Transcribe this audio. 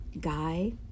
Guy